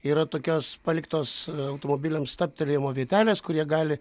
yra tokios paliktos automobiliams stabtelėjimo vietelės kur jie gali